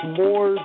more